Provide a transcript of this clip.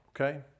Okay